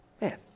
Man